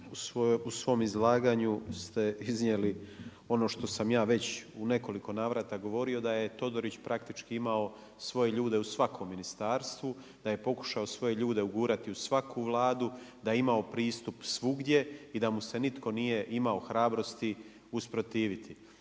u svom izlaganju ste iznijeli ono što sam ja već u nekoliko navrata govorio da je Todorić praktički imao svoje ljude u svakom ministarstvu, da je pokušao svoje ljude ugurati u svaku Vladu, da je imao pristup svugdje i da mu se nitko nije imao hrabrosti usprotiviti.